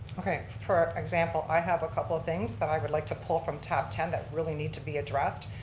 okay, for example, i have a couple things that i would like to pull from tab ten that really need to be addressed.